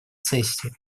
сессии